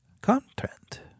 content